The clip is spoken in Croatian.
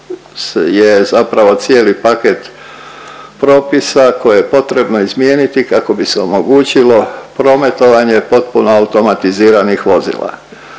je zapravo cijeli paket propisa koje je potrebno izmijeniti kako bi se omogućilo prometovanje potpuno automatiziranih vozila.